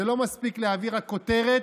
זה לא מספיק להביא רק כותרת,